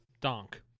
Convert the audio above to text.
Donk